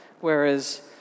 whereas